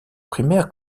primaire